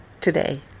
today